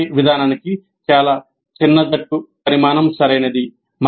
PBI విధానానికి చాలా చిన్న జట్టు పరిమాణం సరైనది